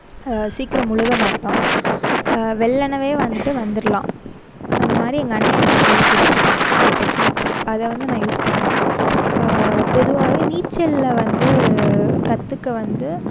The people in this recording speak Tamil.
சீக்கிரம் முழுக மாட்டோம் வெள்ளனவே வந்துவிட்டு வந்துர்லாம் அதுமாதிரி எங்கள் அண்ணன் எனக்கு சொல்லிக்கோடுத்துருக்கான் சில டெக்னீக்ஸு அதை வந்து நான் யூஸ் பண்ணுவேன் பொதுவாகவே நீச்சலில் வந்து கற்றுக்க வந்து